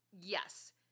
yes